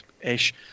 ish